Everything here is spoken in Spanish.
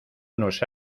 unos